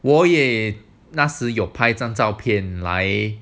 我也那时有拍张照片来